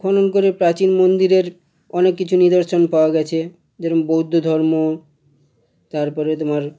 খনন করে প্রাচীন মন্দিরের অনেক কিছু নিদর্শন পাওয়া গিয়েছে যেরকম বৌদ্ধ ধর্ম তারপরে তোমার